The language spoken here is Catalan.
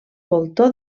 voltor